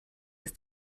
ist